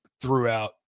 throughout